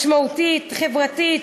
משמעותית, חברתית,